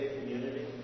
community